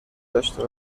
داشته